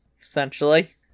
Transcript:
essentially